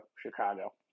Chicago